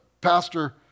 pastor